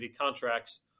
contracts